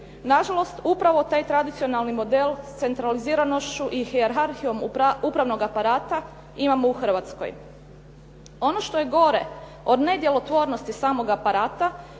Na žalost, upravo taj tradicionalni model s centraliziranošću i hijerarhijom upravnog aparata imamo u Hrvatskoj. Ono što je gore od nedjelotvornosti samog aparata